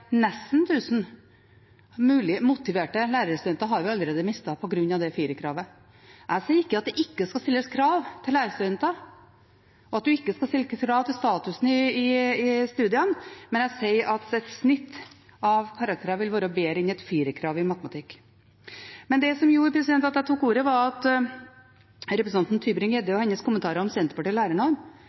Jeg sier ikke at det ikke skal stilles krav til lærerstudenter, og at man ikke skal stille krav til statusen i studiene, men jeg sier at et snitt av karakterene vil være bedre enn et firerkrav i matematikk. Det som gjorde at jeg tok ordet, var representanten Mathilde Tybring-Gjedde og hennes kommentarer om Senterpartiet